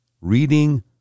reading